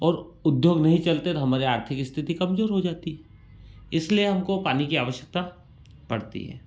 और उद्योग नहीं चलते तो हमारे आर्थिक स्थिति कमजोर हो जाती है इसलिए हमको पानी की आवश्कता पड़ती है